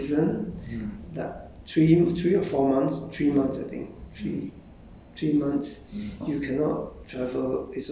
pansa is like during the rainy season that three three or four months three months I think three